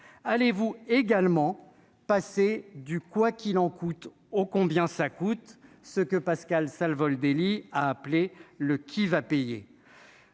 allez-vous également passer du quoi qu'il en coûte au combien ça coûte ce que Pascal Salvodelli a appelé le qui va payer.